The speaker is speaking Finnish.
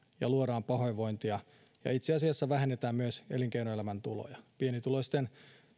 ja luodaan pahoinvointia ja itse asiassa vähennetään myös elinkeinoelämän tuloja pienituloisten